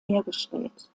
hergestellt